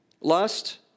Lust